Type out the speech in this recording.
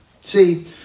See